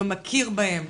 לא מכיר בהם,